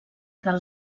del